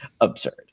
absurd